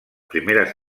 primeres